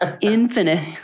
infinite